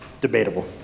debatable